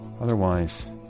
otherwise